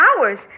hours